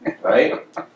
Right